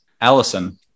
Allison